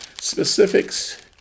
Specifics